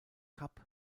kap